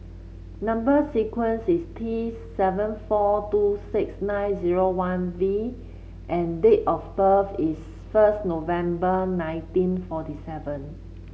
number sequence is T seven four two six nine zero one V and date of birth is first November nineteen forty seven